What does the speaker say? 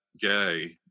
gay